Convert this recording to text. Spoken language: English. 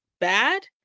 bad